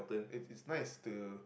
it it's nice to